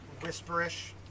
whisperish